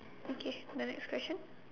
okay the next question